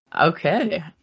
Okay